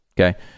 okay